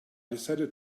decided